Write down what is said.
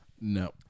No